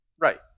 Right